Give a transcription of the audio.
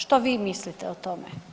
Što vi mislite o tome?